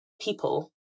people